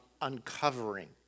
uncovering